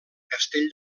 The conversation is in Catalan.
castell